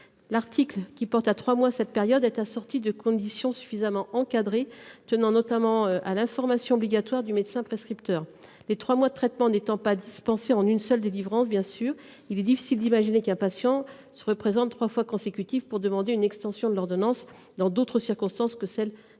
article, qui porte la durée de cette période à trois mois, est assorti de conditions suffisamment encadrées, tenant notamment à l'information obligatoire du médecin prescripteur. Les trois mois de traitement n'étant pas dispensés en une seule délivrance, il est difficile d'imaginer qu'un patient se présente trois fois de suite pour demander une extension de l'ordonnance dans d'autres circonstances que celles d'un